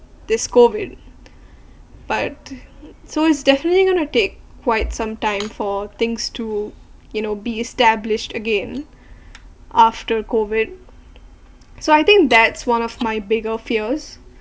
this COVID but so is definitely going to take quite some time for things to you know be established again after COVID so I think that's one of my biggest fears